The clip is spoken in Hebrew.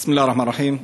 בסם אללה א-רחמאן א-רחים.